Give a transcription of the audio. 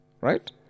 Right